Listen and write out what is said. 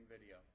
video